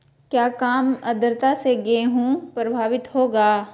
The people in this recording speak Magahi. क्या काम आद्रता से गेहु प्रभाभीत होगा?